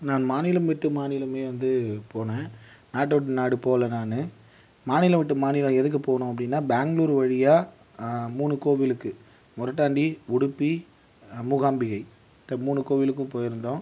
நான் மாநிலம் விட்டு மாநிலமே வந்து போன நாடு விட்டு நாடு போகல நானு மாநிலம் விட்டு மாநிலம் எதுக்கு போனோம் அப்படினா பெங்களூர் வழியாக மூணு கோவிலுக்கு மொரட்டாந்தி உடுப்பி மூகாம்பிகை இந்த மூணு கோவிலுக்கும் போயிருந்தோம்